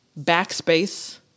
backspace